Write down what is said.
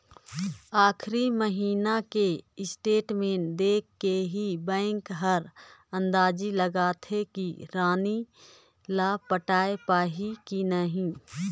आखरी महिना के स्टेटमेंट देख के ही बैंक हर अंदाजी लगाथे कि रीन ल पटाय पाही की नही